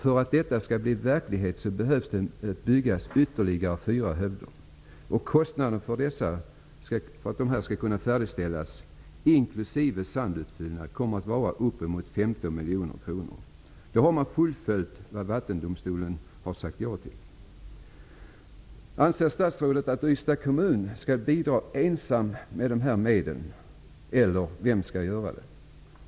För att det skall bli verklighet behöver det byggas ytterligare fyra hövder. Kostnaden för att de skall kunna färdigställas, inklusive sandutfyllnad, kommer att bli upp mot 15 miljoner kronor. Då har man fullföljt det som Vattendomstolen sagt ja till. Anser statsrådet att Ystads kommun ensam skall bidra med dessa medel, eller vem skall göra det?